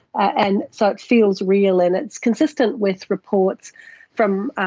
and so it feels real, and it's consistent with reports from,